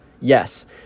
Yes